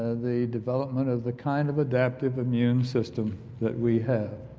ah the development of the kind of adaptive immune system that we have.